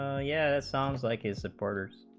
ah yeah sounds like his supporters